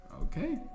Okay